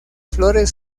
flores